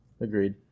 Agreed